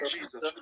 Jesus